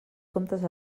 comptes